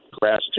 grass